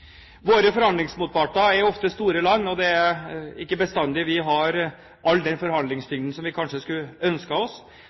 Våre forhandlingsmotparter er ofte store land, og det er ikke bestandig vi har all den